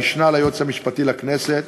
המשנה ליועץ המשפטי לכנסת,